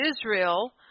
Israel